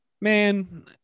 man